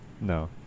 no